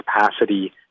capacity